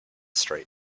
street